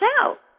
out